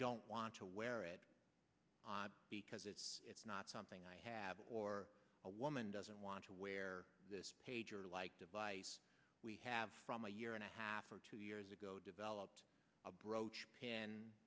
don't want to wear it because it's not something i have or a woman doesn't want to wear this pager like device we have from a year and a half or two years ago developed a brooch